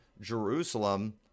Jerusalem